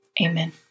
Amen